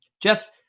Jeff